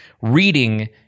reading